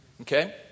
Okay